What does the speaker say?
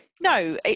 no